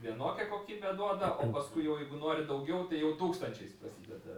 vienokią kokybę duoda o paskui jau jeigu nori daugiau tai jau tūkstančiais prasideda